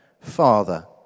Father